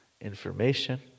information